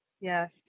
yes